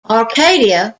arcadia